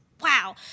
Wow